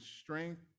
strength